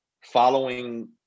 following